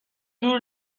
دور